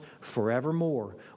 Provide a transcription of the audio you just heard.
forevermore